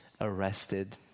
arrested